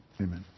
Amen